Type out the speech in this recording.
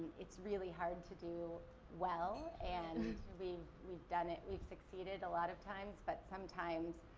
it's really hard to do well. and, we've we've done it, we've succeeded a lot of times, but sometimes,